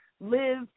live